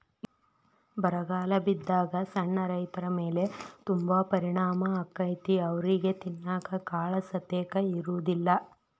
ಬರಗಾಲ ಬಿದ್ದಾಗ ಸಣ್ಣ ರೈತರಮೇಲೆ ತುಂಬಾ ಪರಿಣಾಮ ಅಕೈತಿ ಅವ್ರಿಗೆ ತಿನ್ನಾಕ ಕಾಳಸತೆಕ ಇರುದಿಲ್ಲಾ